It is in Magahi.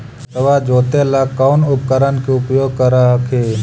खेतबा जोते ला कौन उपकरण के उपयोग कर हखिन?